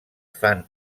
fan